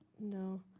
no.